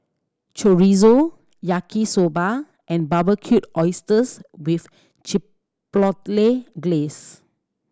Chorizo Yaki Soba and Barbecued Oysters with Chipotle Glaze